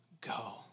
go